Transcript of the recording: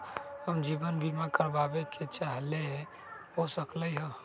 हम जीवन बीमा कारवाबे के चाहईले, हो सकलक ह?